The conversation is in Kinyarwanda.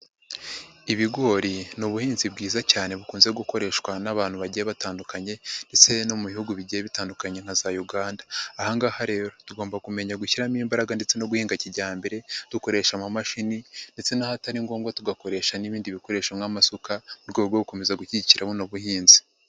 Ibigori ni ubuhinzi bwiza cyane bukunze gukoreshwa n'abantu bagiye batandukanye ndetse no mu bihugu bigiye bitandukanye nka za Uganda, aha ngaha rero tugomba kumenya gushyiramo imbaraga ndetse no guhinga kijyambere dukoresha amamashini ndetse n'ahatari ngombwa tugakoresha n'ibindi bikoresho nk'amasuka mu rwego rwo gukomeza gushyigikira buno buhinzi.